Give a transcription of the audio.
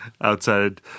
outside